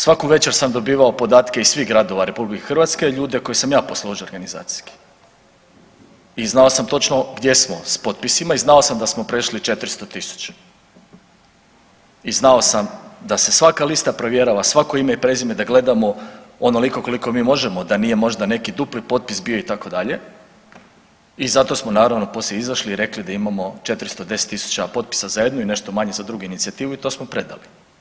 Svaku večer sam dobivao podatke iz svih gradova RH ljude koje sam ja posložio organizacijski i znao sam točno gdje smo s potpisima i znao sam da smo prešli 400.000 i znao sam da se svaka lista provjera, svako ime i prezime da gledamo onoliko koliko mi možemo da nije možda neki dupli potpis bio itd., i zato smo naravno poslije izašli i rekli da imamo 410.000 potpisa za jednu i nešto manje za drugu inicijativu i to smo predali.